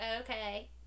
okay